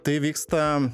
tai vyksta